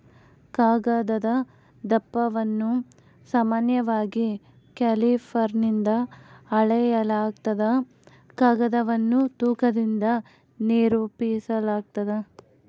ಕಾಗದದ ದಪ್ಪವನ್ನು ಸಾಮಾನ್ಯವಾಗಿ ಕ್ಯಾಲಿಪರ್ನಿಂದ ಅಳೆಯಲಾಗ್ತದ ಕಾಗದವನ್ನು ತೂಕದಿಂದ ನಿರೂಪಿಸಾಲಾಗ್ತದ